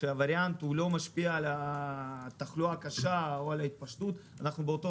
שהווריאנט לא משפיע על תחלואה קשה או על ההתפשטות אנחנו באותו